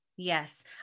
Yes